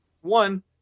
one